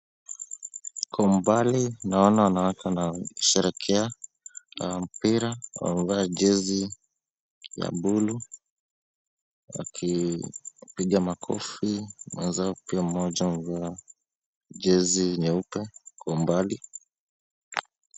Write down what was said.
Kwa umbali naona wanawake wanaosherehekea na mpira wamevaa jezi la buluu wakipiga makofi, mwenzake mmoja amevaa jezi nyeupe kwa umbali.